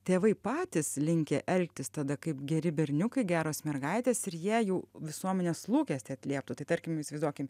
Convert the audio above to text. tėvai patys linkę elgtis tada kaip geri berniukai geros mergaitės ir jie jau visuomenės lūkestį atlieptų tai tarkim įsivaizduokim